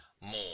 more